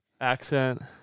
accent